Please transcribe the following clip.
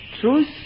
Truth